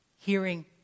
hearing